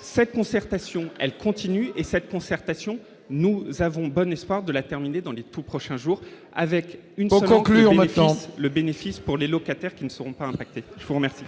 cette concertation elle continue et cette concertation, nous avons bon espoir de la terminer dans les tous prochains jours avec une encore congrès on va temps le bénéfice pour les locataires qui ne seront pas impactés, je vous remercie.